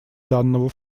данного